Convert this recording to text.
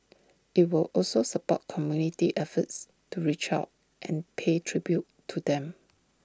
IT will also support community efforts to reach out and pay tribute to them